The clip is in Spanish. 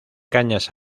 cañas